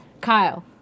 Kyle